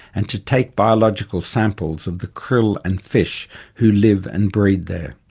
and to take biological samples of the krill and fish who live and breed there.